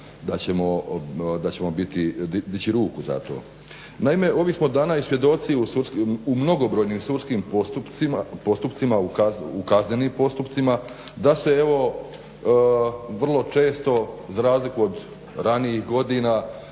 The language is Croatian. da ćemo biti, dići ruku za to. Naime, ovih smo dana i svjedoci u mnogobrojnim sudskim postupcima u kaznenim postupcima da se evo vrlo često za razliku od ranijih godina